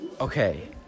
Okay